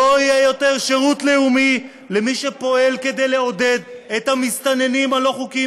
לא יהיה יותר שירות לאומי למי שפועל כדי לעודד את המסתננים הלא-חוקיים